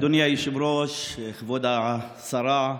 אדוני היושב-ראש, כבוד השרה,